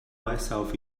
myself